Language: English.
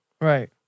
Right